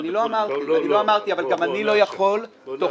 אני לא אמרתי אבל גם אני לא יכול תוך